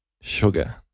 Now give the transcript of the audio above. sugar